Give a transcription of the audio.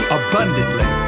abundantly